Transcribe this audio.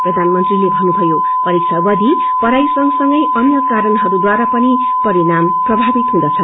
प्रधानमंत्री भन्नुभयो परीक्षा वधि पढ़ाई संगसगै अन्य कारणहरूद्वारा पनि परिणाम प्रभावित हुँदछ